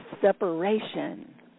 separation